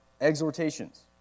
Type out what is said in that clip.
exhortations